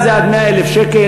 בבנייה רוויה זה עד 100,000 שקל,